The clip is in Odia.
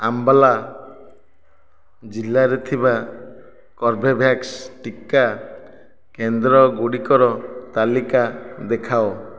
ଅମ୍ବାଲା ଜିଲ୍ଲାରେ ଥିବା କର୍ବେଭ୍ୟାକ୍ସ ଟିକା କେନ୍ଦ୍ରଗୁଡ଼ିକର ତାଲିକା ଦେଖାଅ